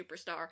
Superstar